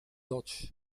dodge